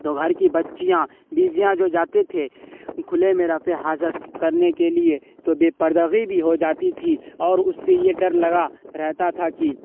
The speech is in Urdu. تو گھر کی بچیاں بیویاں جو جاتے تھے کھلے میں رفع حاجت کرنے کے لیے تو بے پردگی بھی ہو جاتی تھی اور اس سے یہ ڈر لگا رہتا تھا کہ